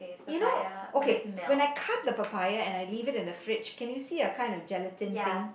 you know okay when I cut the papaya and I leave it in the fridge can you see a kind of gelatin thing